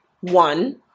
one